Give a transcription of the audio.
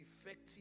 effective